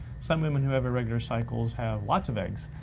some women who have irregular cycles have lots of eggs,